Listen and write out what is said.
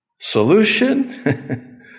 Solution